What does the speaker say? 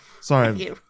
Sorry